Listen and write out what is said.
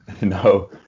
No